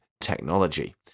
technology